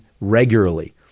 regularly